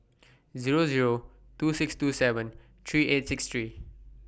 Zero Zero two six two seven three eight six three